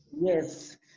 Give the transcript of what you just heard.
Yes